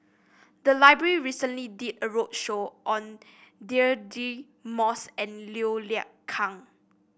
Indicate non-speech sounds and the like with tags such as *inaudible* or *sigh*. the library recently did a roadshow on Deirdre Moss and Liu *unintelligible* Kang